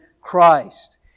Christ